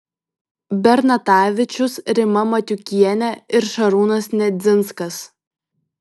bernatavičius rima matiukienė ir šarūnas nedzinskas